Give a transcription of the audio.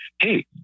Hey